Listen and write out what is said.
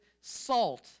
salt